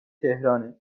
تهرانه